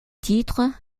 titres